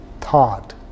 thought